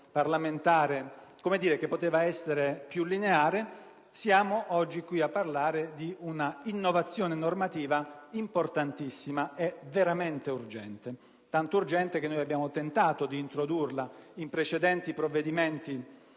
parlamentare che poteva essere più lineare, siamo oggi qui a parlare di un'innovazione normativa importantissima e veramente urgente; tanto urgente che abbiamo tentato di introdurla in precedenti provvedimenti